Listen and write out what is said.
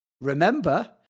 Remember